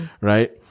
right